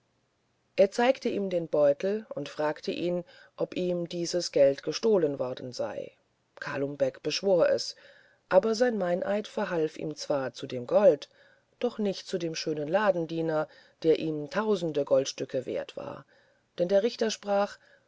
er zeigte ihm den beutel und fragte ihn ob ihm dieses gold gestohlen worden sei kalum beck beschwor es aber sein meineid verhalf ihm zwar zu dem gold doch nicht zu dem schönen ladendiener der ihm tausend goldstücke wert war denn der richter sprach